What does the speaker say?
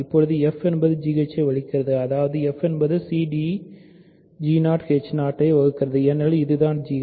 இப்போது f என்பது gh ஐ வகுக்கிறது அதாவதுf என்பது cd ஐ வகுக்கிறது ஏனெனில் அதுதான் gh